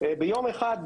ביום אחד,